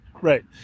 right